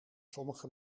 sommige